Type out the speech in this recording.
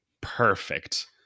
perfect